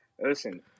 Listen